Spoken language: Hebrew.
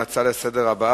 נמסרה לפרוטוקול)